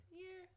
year